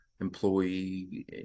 employee